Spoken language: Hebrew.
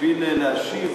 בשביל להשיב